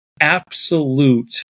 absolute